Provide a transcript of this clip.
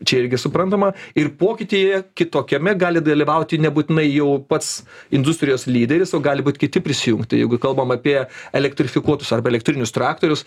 čia irgi suprantama ir pokytyje kitokiame gali dalyvauti nebūtinai jau pats industrijos lyderis o gali būt kiti prisijungti jeigu kalbam apie elektrifikuotus arba elektrinius traktorius